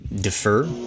defer